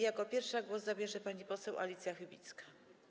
Jako pierwsza głos zabierze pani poseł Alicja Chybicka.